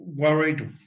worried